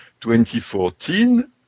2014